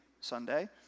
Sunday